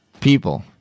people